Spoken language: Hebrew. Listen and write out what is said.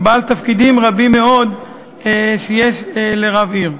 ועוד תפקידים רבים מאוד שיש לרב עיר.